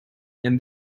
and